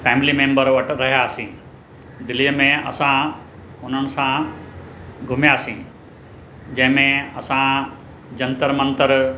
family member वटि वियासीं दिल्लीअ में असां उन्हनि सां घुमियासीं जंहिं में असां जंतर मंतर